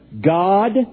God